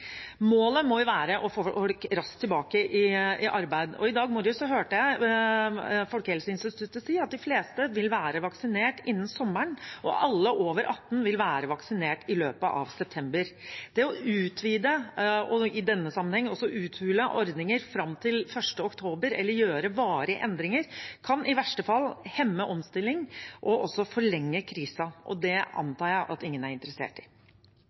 Målet må jo være å få folk raskt tilbake i arbeid. I dag morges hørte jeg Folkehelseinstituttet si at de fleste vil være vaksinert innen sommeren, og at alle over 18 år vil være vaksinert i løpet av september. Det å utvide og i denne sammenheng også uthule ordninger fram til 1. oktober eller gjøre varige endringer kan i verste fall hemme omstilling og også forlenge krisen, og det antar jeg at ingen er interessert i.